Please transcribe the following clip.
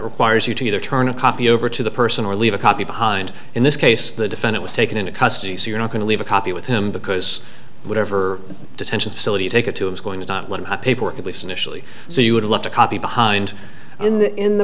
requires you to either turn a copy over to the person or leave a copy behind in this case the defendant was taken into custody so you're not going to leave a copy with him because whatever detention facility take it to him is going to have paperwork at least initially so you would like to copy behind in the in the